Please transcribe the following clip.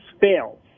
fails